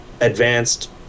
advanced